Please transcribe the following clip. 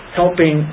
helping